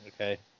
okay